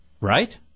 Right